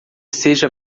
seja